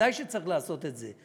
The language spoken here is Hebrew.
ודאי שצריך לעשות את זה.